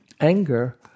anger